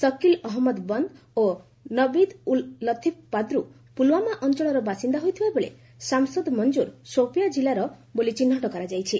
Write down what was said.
ସକିଲ୍ ଅହମ୍ମଦ ବନ୍ଦ ନବିଦ୍ ଉଲ୍ ଲତିଫ୍ ପାଦ୍ର ପୁଲ୍ୱାମା ଅଞ୍ଚଳର ବାସିନ୍ଦା ହୋଇଥିବାବେଳେ ଶାମଶଦ୍ ମଞ୍ଜର ସୋପିଆଁ ଜିଲ୍ଲାର ବୋଲି ଚିହ୍ରଟ କରାଯାଇଛି